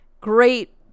great